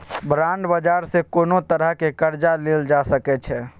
bond बाजार सँ कोनो तरहक कर्जा लेल जा सकै छै